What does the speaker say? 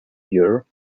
year